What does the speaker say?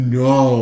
no